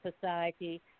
society